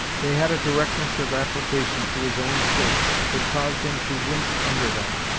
they had a directness of application to his own state that caused him to wince under them.